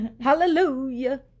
Hallelujah